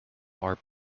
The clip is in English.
are